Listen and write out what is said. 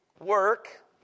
work